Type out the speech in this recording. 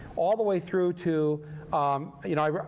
all the way through to um you know,